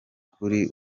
kuri